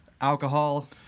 Alcohol